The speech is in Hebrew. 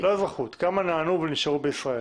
לא אזרחות, כמה נענו ונשארו בישראל.